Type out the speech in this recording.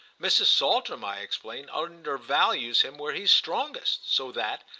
mrs. saltram, i explained, undervalues him where he's strongest, so that,